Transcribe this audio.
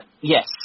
Yes